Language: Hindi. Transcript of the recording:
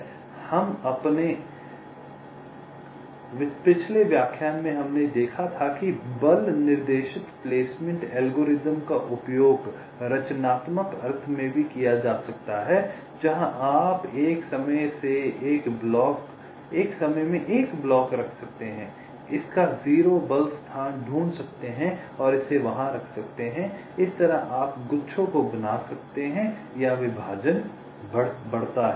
अब हमने अपने पिछले व्याख्यान में पहले देखा था कि बल निर्देशित प्लेसमेंट एल्गोरिदम का उपयोग रचनात्मक अर्थ में भी किया जा सकता है जहाँ आप एक समय में एक ब्लॉक रख सकते हैं इसका 0 बल स्थान ढूँढ सकते हैं और इसे वहाँ रख सकते हैं इस तरह आप गुच्छों को बना सकते हैं या विभाजन बढ़ता है